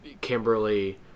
Kimberly